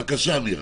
בבקשה, מירה.